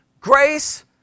grace